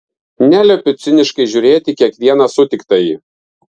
neliepiu ciniškai žiūrėti į kiekvieną sutiktąjį